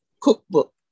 cookbook